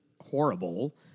horrible